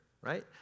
right